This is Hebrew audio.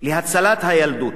להצלת הילדות,